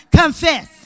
confess